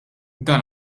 dan